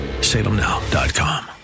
Salemnow.com